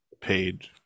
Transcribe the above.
paid